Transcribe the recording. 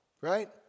right